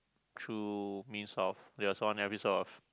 through means of there's one episode of